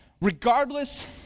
Regardless